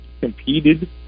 competed